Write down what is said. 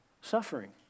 suffering